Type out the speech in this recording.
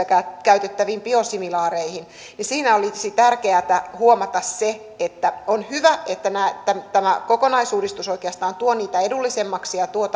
käytettäviin biosimilaareihin siinä olisi tärkeätä huomata se että on hyvä että tämä kokonaisuudistus oikeastaan tuo niitä edullisemmiksi ja tuo